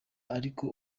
ariko